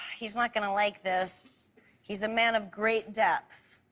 he's not going to like, this he's a man of great depth.